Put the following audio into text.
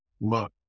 look